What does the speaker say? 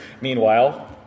Meanwhile